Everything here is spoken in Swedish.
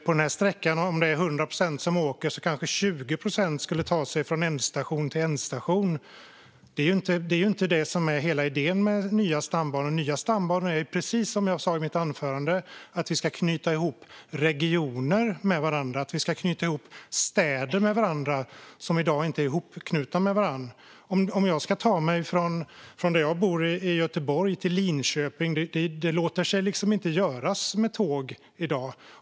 Av 100 procent som åker på sträckan skulle kanske 20 procent ta sig från ändstation till ändstation. Det är inte det som är idén med de nya stambanorna. Idén är, precis som jag sa i anförandet, att knyta ihop regioner med varandra. Vi ska knyta ihop städer som inte är ihopknutna i dag. Om jag ska ta mig från Göteborg, där jag bor, till Linköping låter det sig inte göras med tåg i dag.